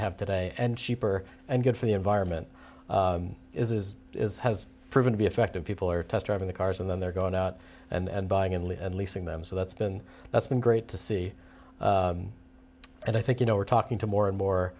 have today and cheaper and good for the environment is is has proven to be effective people are test driving the cars and then they're going out and buying and leasing them so that's been that's been great to see and i think you know we're talking to more and more